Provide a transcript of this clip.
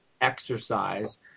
exercise